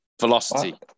Velocity